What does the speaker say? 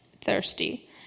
thirsty